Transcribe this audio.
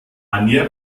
anja